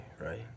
right